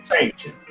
changing